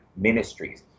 Ministries